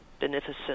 beneficent